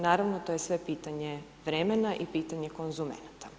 Naravno to je sve pitanje vremena i pitanje konzumenata.